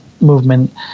movement